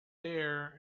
there